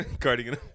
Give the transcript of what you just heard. cardigan